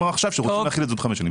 עכשיו כשרוצים להחיל את זה עוד חמש שנים.